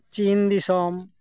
ᱪᱤᱱ ᱫᱚᱥᱚᱢ